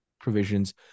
provisions